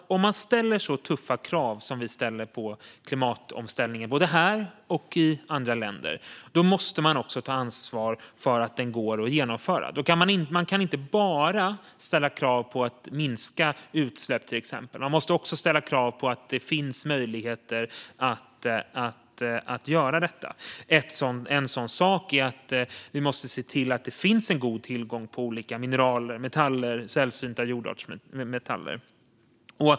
Om man ställer så tuffa krav som vi ställer på klimatomställningen både här och i andra länder måste man också ta ansvar för att den går att genomföra. Man kan inte bara ställa krav på att till exempel minska utsläpp. Man måste också ställa krav på att det finns möjligheter att göra detta. Vi måste exempelvis se till att det finns god tillgång på olika mineral, metaller och sällsynta jordartsmetaller.